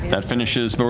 that finishes but